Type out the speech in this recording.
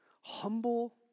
humble